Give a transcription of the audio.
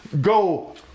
go